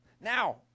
Now